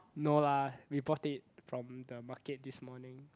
no lah we bought it from the market this morning